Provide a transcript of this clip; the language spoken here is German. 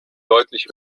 deutlich